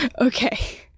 Okay